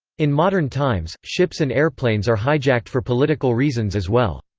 in modern times, ships and airplanes are hijacked for political reasons as well.